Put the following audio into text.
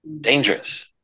dangerous